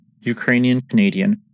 Ukrainian-Canadian